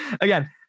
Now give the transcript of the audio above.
again